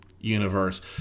universe